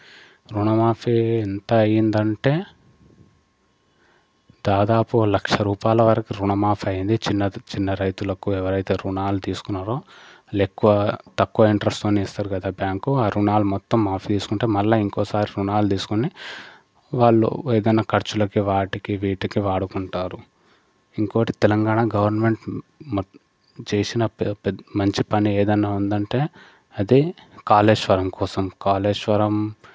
రుణమాఫీ ఎంత అయింది అంటే దాదాపు లక్ష రూపాయల వరకు రుణమాఫీ అయింది చిన్నది చిన్న రైతులకు ఎవరైతే రుణాలు తీసుకున్నారో లెక్కువ తక్కువ ఇంట్రెస్ట్తోని ఇస్తారు కదా బ్యాంక్ ఆ రుణాలు మొత్తం మాఫీ చేసుకుంటే మళ్ళీ ఇంకోసారి రుణాలు తీసుకుని వాళ్ళు ఏదైనా ఖర్చులకు వాటికి వీటికి వాడుకుంటారు ఇంకోటి తెలంగాణ గవర్నమెంట్ చేసిన పెద్ మంచి పని ఏదైనా ఉందంటే అది కాళేశ్వరం కోసం కాళేశ్వరం